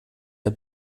der